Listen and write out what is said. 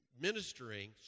ministering